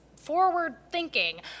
forward-thinking